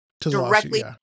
directly